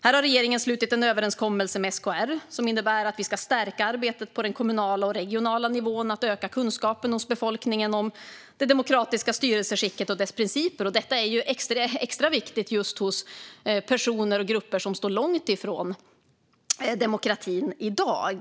Här har regeringen slutit en överenskommelse med SKR som innebär att vi ska stärka arbetet på den kommunala och regionala nivån för att öka kunskapen hos befolkningen om det demokratiska styrelseskicket och dess principer. Detta är extra viktigt just hos personer och grupper som står långt ifrån demokratin i dag.